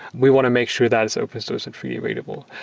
we want to make sure that is open source and freely available.